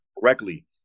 correctly